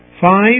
five